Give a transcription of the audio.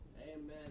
Amen